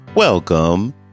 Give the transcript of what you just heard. Welcome